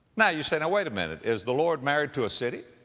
now you say, now wait a minute. is the lord married to a city?